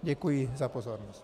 Děkuji za pozornost.